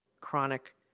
chronic